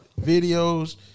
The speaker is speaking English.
videos